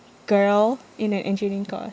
girl in an engineering course